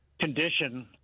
condition